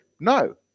No